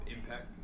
Impact